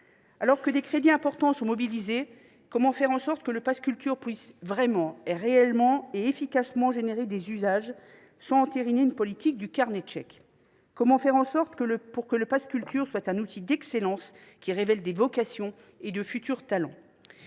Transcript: Alors que des crédits importants sont mobilisés, comment faire en sorte que le pass Culture puisse réellement et efficacement entraîner des usages, sans recourir à la politique du carnet de chèques ? Comment faire en sorte qu’il soit un outil d’excellence, qui révèle des vocations et de futurs talents ?